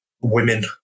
women